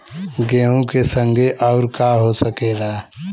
गेहूँ के संगे आऊर का का हो सकेला?